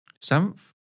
Seventh